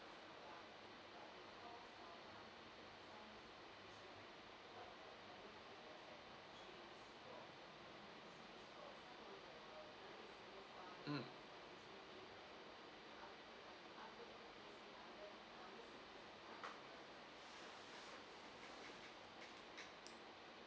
mm